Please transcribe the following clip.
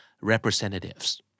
representatives